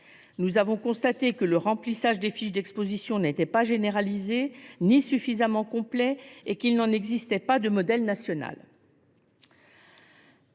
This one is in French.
Nous avons constaté que le remplissage des fiches d’exposition n’était ni généralisé ni toujours satisfaisant, et qu’il n’existait pas de modèle national